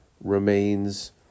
remains